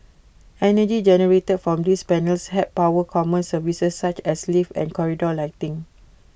energy generated from these panels help power common services such as lift and corridor lighting